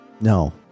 No